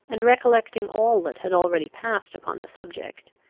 and recollecting all that had already passed upon the subject,